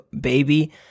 baby